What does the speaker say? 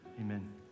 amen